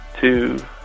two